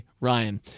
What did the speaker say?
Ryan